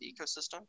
ecosystem